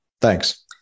Thanks